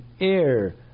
air